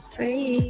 Free